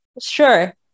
sure